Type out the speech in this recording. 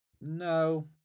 no